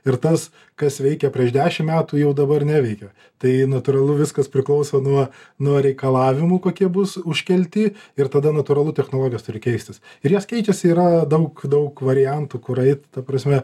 ir tas kas veikė prieš dešim metų jau dabar neveikia tai natūralu viskas priklauso nuo nuo reikalavimų kokie bus užkelti ir tada natūralu technologijos turi keistis ir jos keičiasi yra daug daug variantų kur eit ta prasme